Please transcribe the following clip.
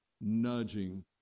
nudging